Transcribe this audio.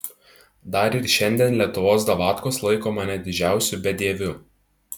dar ir šiandien lietuvos davatkos laiko mane didžiausiu bedieviu